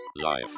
life